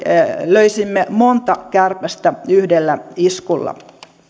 löisimme monta kärpästä yhdellä iskulla